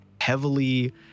heavily